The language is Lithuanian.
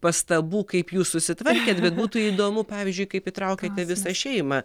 pastabų kaip jūs susitvarkėt bet būtų įdomu pavyzdžiui kaip įtraukiate visą šeimą